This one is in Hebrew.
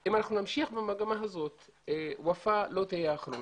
אם אנחנו נמשיך במגמה הזאת ופאא לא תהיה האחרונה,